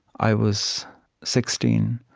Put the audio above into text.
i was sixteen.